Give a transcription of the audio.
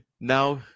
now